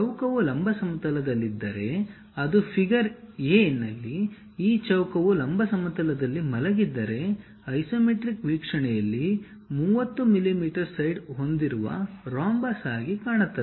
ಚೌಕವು ಲಂಬ ಸಮತಲದಲ್ಲಿದ್ದರೆ ಅದು ಫಿಗರ್ ಎ ನಲ್ಲಿ ಈ ಚೌಕವು ಲಂಬ ಸಮತಲದಲ್ಲಿ ಮಲಗಿದ್ದರೆ ಐಸೊಮೆಟ್ರಿಕ್ ವೀಕ್ಷಣೆಯಲ್ಲಿ 30 mm ಸೈಡ್ ಹೊಂದಿರುವ ರೋಂಬಸ್ ಆಗಿ ಕಾಣುತ್ತದೆ